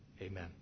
Amen